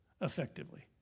effectively